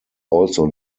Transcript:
also